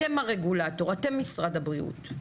אתם הרגולטור, אתם משרד הבריאות.